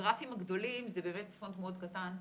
הגרפים הגדולים זה באמת פונט קטן מאוד,